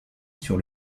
sur